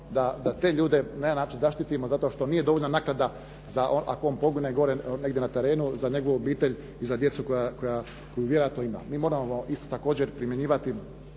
da te ljude na neki način zaštitimo zato što nije dovoljna naknada ako on pogine gore negdje na terenu za njegovu obitelj i za djecu koju vjerojatno ima. Mi moramo isto također primjenjivati